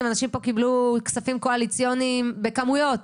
אנשים פה קיבלו כספים קואליציוניים בכמויות.